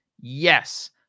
Yes